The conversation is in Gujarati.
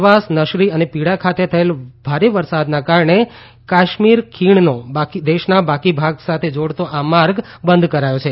દલવાસ નશરી અને પીઢા ખાતે થયેલ ભારે વસરાદને કારણે કાશ્મીર ખીણને દેશના બાકીના ભાગ સાથે જોડતો આ માર્ગ બંધ કરાયો છે